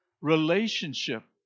relationship